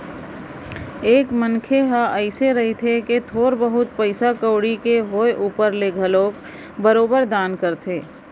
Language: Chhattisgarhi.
एक मनसे ह अइसे रहिथे कि थोर बहुत पइसा कउड़ी के होय ऊपर ले घलोक बरोबर दान करही